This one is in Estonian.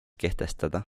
kehtestada